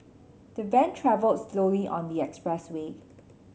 the van travelled slowly on the express way